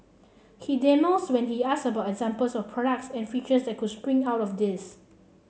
he demurs when he asked about examples of products and features that could spring out of this